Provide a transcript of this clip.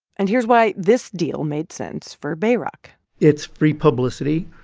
and here's why this deal made sense for bayrock it's free publicity.